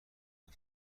هفت